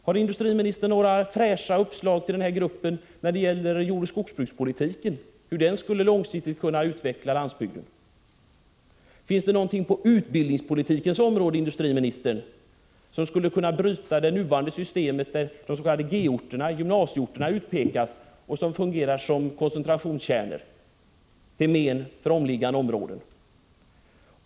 Har industriministern några fräscha uppslag när det gäller hur jordoch skogsbrukspolitiken långsiktigt skulle kunna utveckla landsbygden? Finns det någonting på utbildningspolitikens område som skulle kunna bryta det nuvarande systemet med de s.k. G-orterna, gymnasieorterna, som fungerar som koncentrationskärnor till men för omkringliggande områden?